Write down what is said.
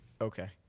Okay